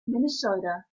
minnesota